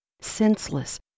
senseless